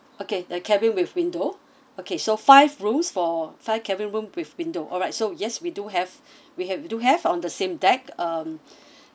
okay the cabin with window okay so five rooms for five cabin room with window alright so yes we do have we have do have on the same deck um